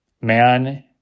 Man